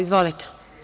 Izvolite.